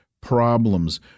problems